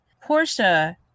Portia